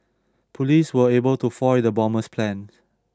police were able to foil the bomber's plans